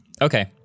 Okay